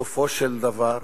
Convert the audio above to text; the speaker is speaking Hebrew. בסופו של דבר,